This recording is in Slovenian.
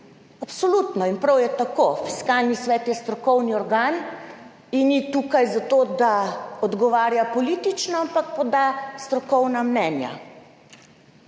Absolutno, in prav je tako. Fiskalni svet je strokovni organ in ni tukaj zato, da odgovarja politično, ampak poda strokovna mnenja.